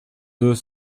deux